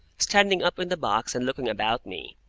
standing up in the box and looking about me,